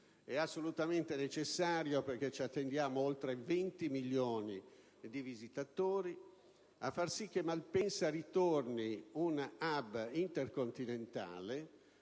assolutamente necessario, dacché ci attendiamo oltre 20 milioni di visitatori, far sì che Malpensa ritorni ad essere un *hub* intercontinentale